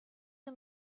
you